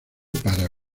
para